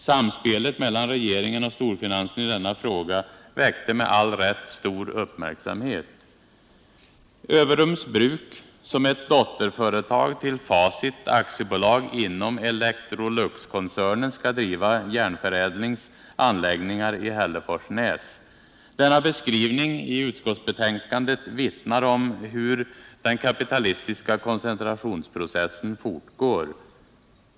Samspelet mellan regeringen och storfinansen i denna fråga väckte med all rätt stor uppmärksamhet. Överums bruk, som är ett dotterföretag till Facit AB inom Electroluxkoncernen, skall driva Järnförädlings anläggningar i Hälleforsnäs. Denna beskrivning i utskottsbetänkandet vittnar om hur den kapitalistiska koncentrationsprocessen fortgår.